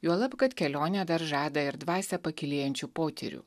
juolab kad kelionė dar žada ir dvasią pakylėjančių potyrių